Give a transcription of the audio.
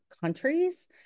countries